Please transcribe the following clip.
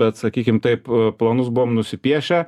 bet sakykim taip planus buvom nusipiešę